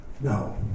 No